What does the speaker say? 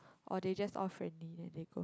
or they just all friendly and they go